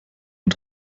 und